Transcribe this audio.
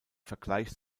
vergleich